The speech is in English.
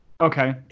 Okay